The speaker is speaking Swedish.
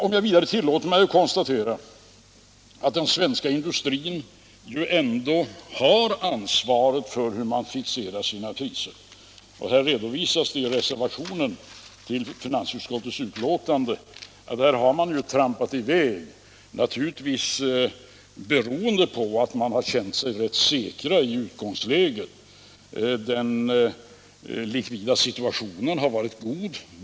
Tillåt mig vidare att konstatera att den svenska industrin ju ändå har ansvaret för hur man fixerar sina priser. Det redovisas i reservationen I till finansutskottets betänkande att man har trampat i väg — naturligtvis beroende på att man har känt sig rätt säker i utgångsläget. Den likvida situationen har varit god.